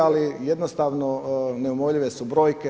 Ali jednostavno neumoljive su brojke.